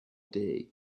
day